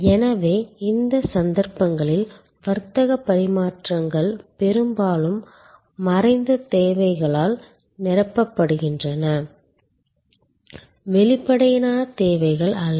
எனவே இந்த சந்தர்ப்பங்களில் வர்த்தக பரிமாற்றங்கள் பெரும்பாலும் மறைந்த தேவைகளால் நிரப்பப்படுகின்றன வெளிப்படையான தேவைகள் அல்ல